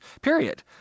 Period